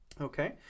Okay